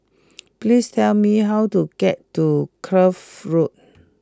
please tell me how to get to Kloof Road